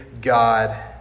God